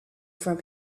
from